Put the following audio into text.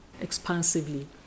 expansively